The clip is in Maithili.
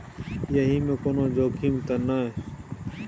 एहि मे कोनो जोखिम त नय?